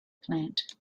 plant